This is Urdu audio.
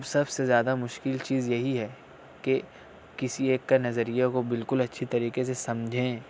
سب سے زیادہ مشکل چیز یہی ہے کہ کسی ایک کا نظریہ کو بالکل اچھی طریقے سے سمجھیں